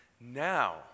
Now